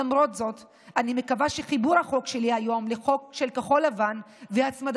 למרות זאת אני מקווה שחיבור החוק שלי היום לחוק של כחול לבן והצמדתו